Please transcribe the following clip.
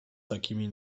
takimi